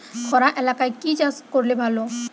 খরা এলাকায় কি চাষ করলে ভালো?